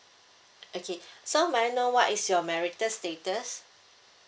okay so may I know what is your marital status